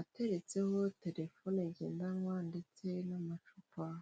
ateretseho telefone ngendanwa ndetse n'amacupa.